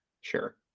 sure